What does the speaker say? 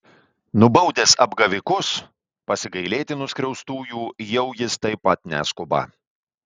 nubaudęs apgavikus pasigailėti nuskriaustųjų jau jis taip pat neskuba